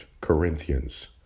Corinthians